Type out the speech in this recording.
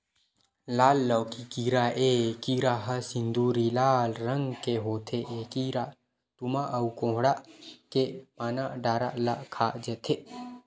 लाल लौकी कीरा ए कीरा ह सिंदूरी लाल रंग के होथे ए कीरा तुमा अउ कोड़हा के पाना डारा ल खा जथे